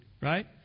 right